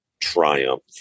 Triumph